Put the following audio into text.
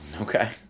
Okay